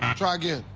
try again.